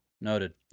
Noted